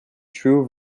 true